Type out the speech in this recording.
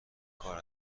کار